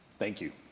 thank you.